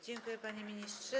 Dziękuję, panie ministrze.